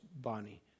Bonnie